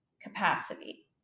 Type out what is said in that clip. capacity